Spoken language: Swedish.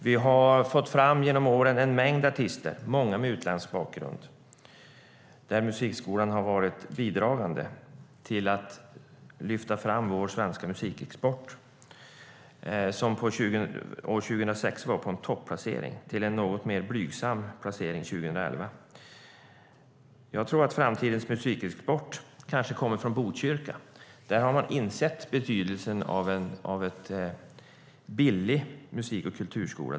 Vi har genom åren fått fram en mängd artister, många med utländsk bakgrund. Musikskolan har varit bidragande till att lyfta fram vår svenska musikexport som 2006 var på en topplacering och på en något mer blygsam placering 2011. Jag tror att framtidens musikexport kanske kommer från Botkyrka. Där har man insett betydelsen av en billig musik och kulturskola.